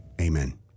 Amen